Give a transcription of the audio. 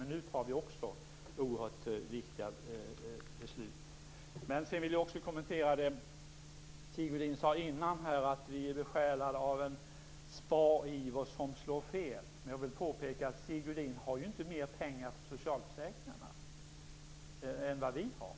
Men de beslut vi nu fattar är också oerhört viktiga. Sedan vill jag kommentera det Sigge Godin sade tidigare om att vi är besjälade av en spariver som slår fel. Jag vill påpeka att Sigge Godin inte har mer pengar till socialförsäkringarna än vad vi har.